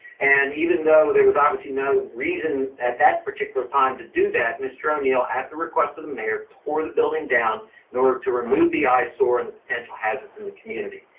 and even though there was obviously no reason at that particular time to do that, mr. o'neill at the request of the mayor tore the building down in order to remove the eyesore and the potential hazard in the community.